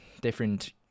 different